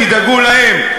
תדאגו להם,